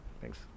Thanks